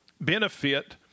benefit